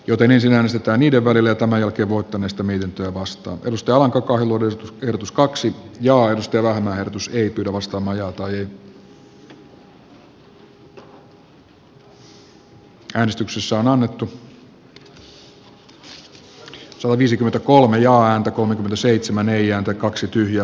joten ensin ärsyttää niiden välillä tämä johti voittaneesta mietintöä vastaan pelistä on koko emun ehdotus kaksi ja arstilan ajatus liittyy ykn valtuutuksen puuttuminen niin käynnissä oleville pommituksille ja häntä kolmekymmentäseitsemän ei ääntä kaksi tyhjää